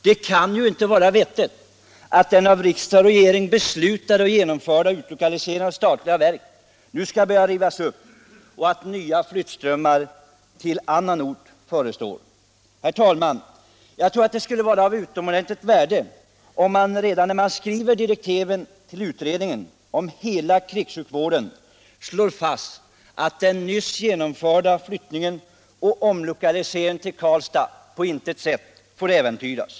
Det kan ju inte vara vettigt att den av riksdag och regering beslutade och genomförda utlokaliseringen av statliga verk nu skall börja rivas upp och att nya flyttströmmar till annan ort förestår. Herr talman! Jag tror att det skulle vara av utomordentligt stort värde, om man redan när man skriver direktiven till utredningen om hela krigssjukvården slår fast, att den nyss genomförda flyttningen och omlokaliseringen till Karlstad på intet sätt får äventyras.